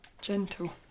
gentle